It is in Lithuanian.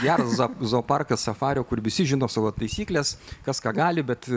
geras za zooparkas safario kur visi žino savo taisykles kas ką gali bet